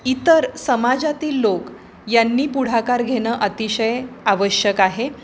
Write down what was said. इतर समाजातील लोक यांनी पुढाकार घेणं अतिशय आवश्यक आहे